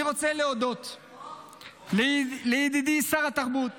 אני רוצה להודות לידידי, שר התרבות